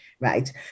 right